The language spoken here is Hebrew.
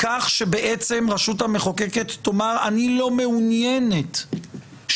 אני לא מפחדת.